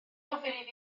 ofyn